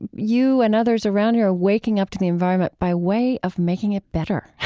you and others around you are waking up to the environment by way of making it better.